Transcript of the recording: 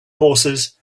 horses